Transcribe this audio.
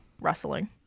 wrestling